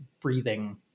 breathing